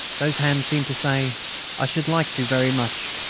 those hands seemed to say i should like to very much,